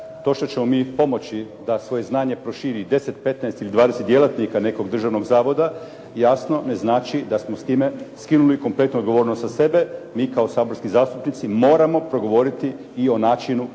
To što ćemo mi pomoći da svoje znanje proširi 10, 15 ili 20 djelatnika nekog državnog zavoda jasno ne znači da smo s time skinuli kompletnu odgovornost sa sebe. Mi kao saborski zastupnici moramo progovoriti i o načinu